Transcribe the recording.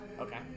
Okay